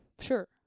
Sure